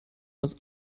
muss